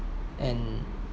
and